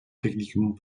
techniquement